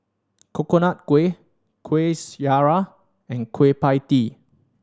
Coconut Kuih Kuih Syara and Kueh Pie Tee